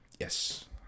yes